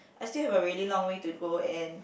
I still have a really long way to go and